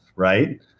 Right